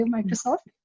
Microsoft